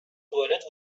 توالت